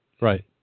Right